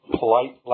polite